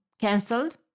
cancelled